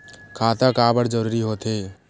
खाता काबर जरूरी हो थे?